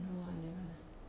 no uh I never lah